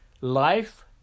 life